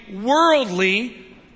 worldly